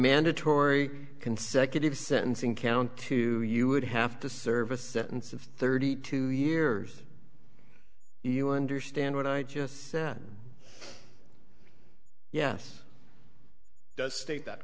mandatory consecutive sentencing count to you would have to serve a sentence of thirty two years you understand what i just said yes it does state that